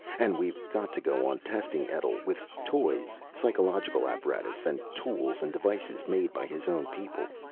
and we've got to go on testing etl. with toys, psychological apparatus and tools and devices made by his own people.